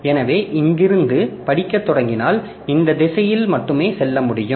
எனவே இங்கிருந்து படிக்கத் தொடங்கினால் இந்த திசையில் மட்டுமே செல்ல முடியும்